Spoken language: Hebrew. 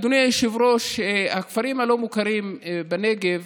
אדוני היושב-ראש, הכפרים הלא-מוכרים בנגב